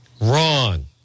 Wrong